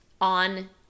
on